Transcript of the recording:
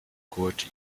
kurt